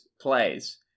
plays